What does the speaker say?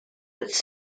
its